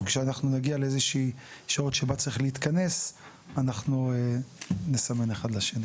כשנגיע לשעות בהן צריך להתכנס אנחנו נסמן אחד לשני.